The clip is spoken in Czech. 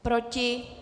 Proti?